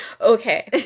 Okay